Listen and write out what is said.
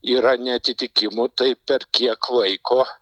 yra neatitikimų tai per kiek laiko